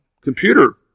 computer